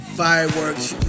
fireworks